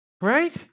Right